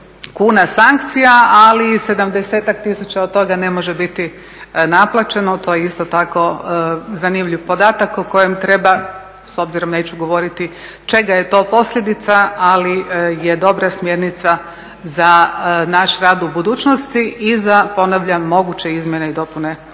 kuna sankcija, ali i 70-ak tisuća od toga ne može biti naplaćeno, to je isto tako zanimljiv podatak o kojem treba s obzirom neću govoriti čega je to posljedica, ali je dobra smjernica za naš rad u budućnosti i za, ponavljam, moguće izmjene i dopune zakona.